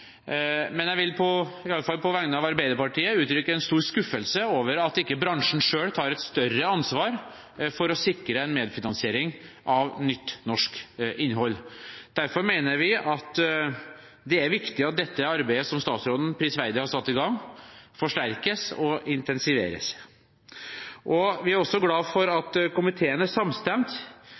men jeg vil i alle fall på vegne av Arbeiderpartiet uttrykke en stor skuffelse over at ikke bransjen selv tar et større ansvar for å sikre en medfinansiering av nytt norsk innhold. Derfor mener vi at det er viktig at det arbeidet som statsråden prisverdig har satt i gang, forsterkes og intensiveres. Vi er også glade for at komiteen er samstemt